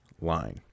line